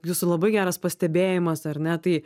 jūsų labai geras pastebėjimas ar ne tai